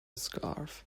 scarf